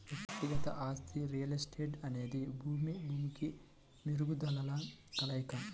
వ్యక్తిగత ఆస్తి రియల్ ఎస్టేట్అనేది భూమి, భూమికి మెరుగుదలల కలయిక